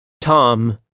Tom